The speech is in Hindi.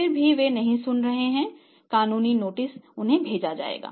फिर भी वे नहीं सुन रहे हैं कानूनी नोटिस उन्हें भेजा जाएगा